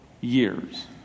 years